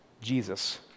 Jesus